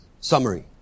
summary